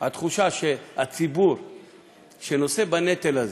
שהציבור שנושא בנטל הזה,